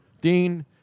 Dean